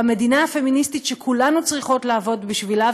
במדינה הפמיניסטית שכולנו צריכות לעבוד בשבילה,